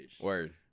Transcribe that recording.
Word